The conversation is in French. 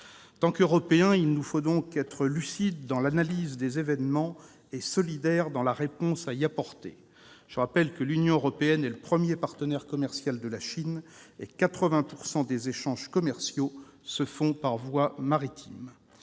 tant qu'Européens, il nous faut donc être lucides dans l'analyse des événements et solidaires dans la réponse à y apporter. Je rappelle que l'Union européenne est le premier partenaire commercial de la Chine et que 80 % des échanges commerciaux se font par voie maritime.